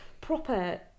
proper